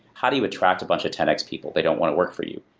how do you attract a bunch of ten x people? they don't want to work for you.